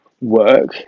work